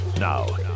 Now